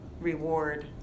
reward